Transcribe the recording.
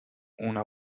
una